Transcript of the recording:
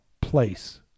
place